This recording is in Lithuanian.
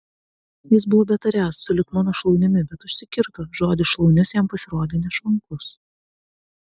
jis buvo betariąs sulig mano šlaunimi bet užsikirto žodis šlaunis jam pasirodė nešvankus